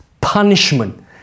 punishment